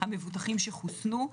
המבוטחים שחוסנו.